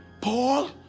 Paul